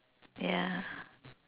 ya